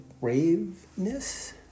braveness